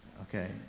Okay